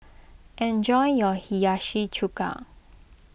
enjoy your Hiyashi Chuka